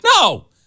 No